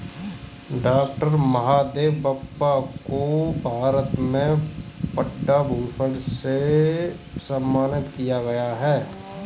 doctor Mahadevappa को भारत में पद्म भूषण से सम्मानित किया गया है